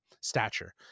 stature